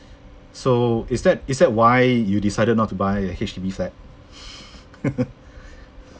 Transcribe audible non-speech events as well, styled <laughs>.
so is that is that why you decided not to buy a H_D_B flat <laughs>